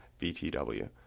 BTW